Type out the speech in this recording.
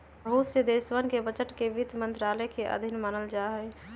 बहुत से देशवन के बजट के वित्त मन्त्रालय के अधीन मानल जाहई